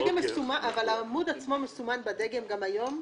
אבל העמוד עצמו מסומן בדגם גם היום?